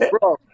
bro